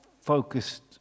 focused